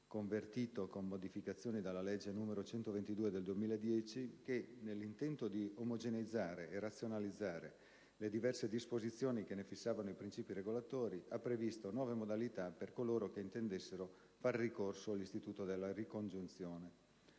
(convertito, con modificazioni, dalla legge n. 122 del 2010) che, nell'intento di omogeneizzare e razionalizzare le diverse disposizioni che ne fissavano i principi regolatori, ha previsto nuove modalità per coloro che intendessero fare ricorso all'istituto della ricongiunzione.